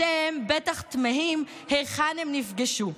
אתם בטח תמהים היכן הם נפגשו.